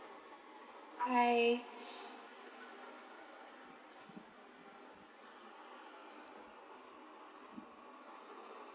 bye